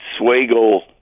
Swagel